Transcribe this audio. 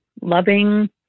loving